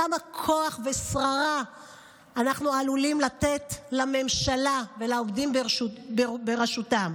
כמה כוח ושררה אנחנו עלולים לתת לממשלה ולעומדים בראשה: